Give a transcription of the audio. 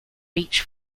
beech